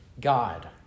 God